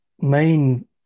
main